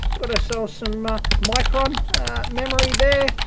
got ourselves some micron memory there,